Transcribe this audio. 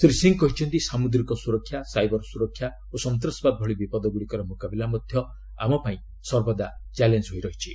ଶ୍ରୀ ସିଂହ କହିଛନ୍ତି ସାମୁଦ୍ରିକ ସୁରକ୍ଷା ସାଇବର ସୁରକ୍ଷା ଓ ସନ୍ତାସବାଦ ଭଳି ବିପଦଗୁଡ଼ିକର ମୁକାବିଲା ମଧ୍ୟ ଆମ ପାଇଁ ସର୍ବଦା ଚ୍ୟାଲେଞ୍ଜ ହୋଇ ରହିଛି